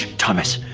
thomas!